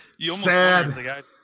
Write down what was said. Sad